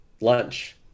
lunch